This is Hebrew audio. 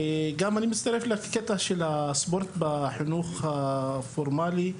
אני מצטרף גם לנושא של הספורט בחינוך הפורמלי.